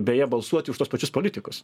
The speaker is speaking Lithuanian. beje balsuoti už tuos pačius politikus